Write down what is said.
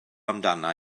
amdana